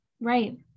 right